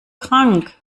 krank